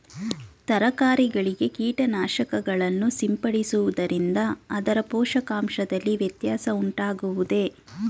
ತರಕಾರಿಗಳಿಗೆ ಕೀಟನಾಶಕಗಳನ್ನು ಸಿಂಪಡಿಸುವುದರಿಂದ ಅದರ ಪೋಷಕಾಂಶದಲ್ಲಿ ವ್ಯತ್ಯಾಸ ಉಂಟಾಗುವುದೇ?